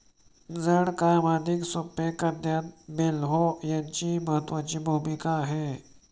जड काम अधिक सोपे करण्यात बेक्हो यांची महत्त्वाची भूमिका आहे